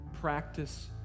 Practice